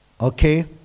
okay